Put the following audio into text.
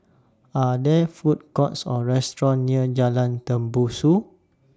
Are There Food Courts Or restaurants near Jalan Tembusu